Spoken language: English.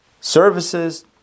services